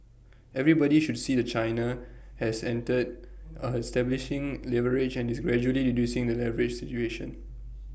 everybody should see that China has entered A stabilising leverage and is gradually reducing the leverage situation